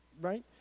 Right